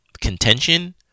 contention